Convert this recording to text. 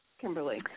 Kimberly